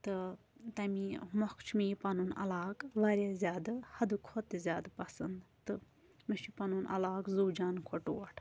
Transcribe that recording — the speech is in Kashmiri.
تہٕ تمی مۄکھ چھُ مےٚ یہِ پَنُن علاقہٕ واریاہ زیادٕ حَدٕ کھۄتہٕ تہِ زیادٕ پَسنٛد تہٕ مےٚ چھُ پَنُن علاقہٕ زوٗ جان کھۄتہٕ ٹوٹھ